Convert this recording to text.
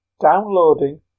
downloading